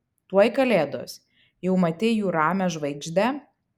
tuoj kalėdos jau matei jų ramią žvaigždę